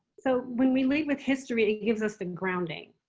so, when we lead with history, it it gives us the grounding.